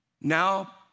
Now